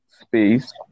space